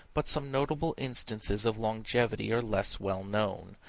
but some notable instances of longevity are less well known.